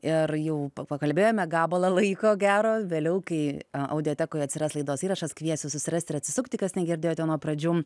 ir jau pakalbėjome gabalą laiko gero vėliau kai audiotekoje atsiras laidos įrašas kviesiu susirasti ir atsisukti kas negirdėjote nuo pradžių